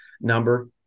number